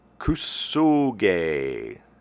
Kusuge